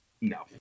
No